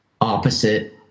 opposite